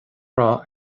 rath